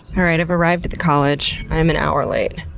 alright, i've arrived at the college. i'm an hour late.